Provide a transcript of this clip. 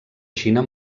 xina